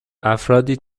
افرادی